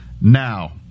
Now